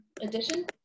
edition